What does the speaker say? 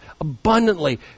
abundantly